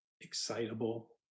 excitable